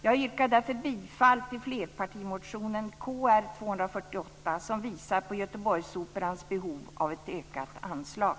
Jag yrkar därför bifall till flerpartimotionen Kr248, som visar på Göteborgsoperans behov av ett ökat anslag.